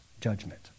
judgment